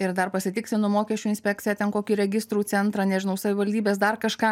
ir dar pasitikslinu mokesčių inspekciją ten kokį registrų centrą nežinau savivaldybės dar kažką